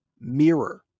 mirror